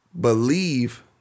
believe